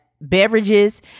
beverages